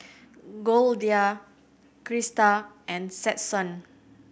Goldia Christa and Stetson